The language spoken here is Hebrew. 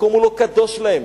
המקום לא קדוש להם.